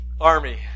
army